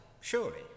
surely